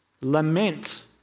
Lament